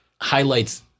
highlights